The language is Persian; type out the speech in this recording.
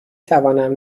توانم